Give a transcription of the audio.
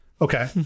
okay